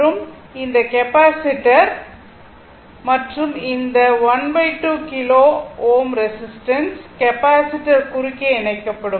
மற்றும் இந்த கெப்பாசிட்டர் மற்றும் இந்த ⅓ கிலோ Ω ரெசிஸ்டன்ஸ் கெப்பாசிட்டர் குறுக்கே இணைக்கப்படும்